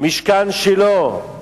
משכן שילה,